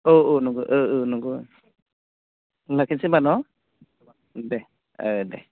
औ औ नंगौ औ औ नंगौ होनबा लाखिनोसै होनबा न' दे औ दे